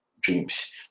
dreams